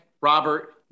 Robert